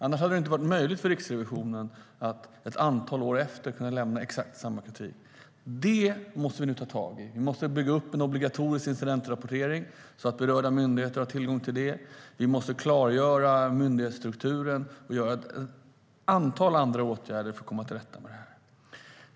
Annars hade det inte varit möjligt för Riksrevisionen att ett antal år senare lämna exakt samma kritik. Detta måste vi nu ta tag i. Vi måste bygga upp en obligatorisk incidentrapportering så att berörda myndigheter har tillgång till det. Vi måste klargöra myndighetsstrukturen och vidta ett antal andra åtgärder för att komma till rätta med detta.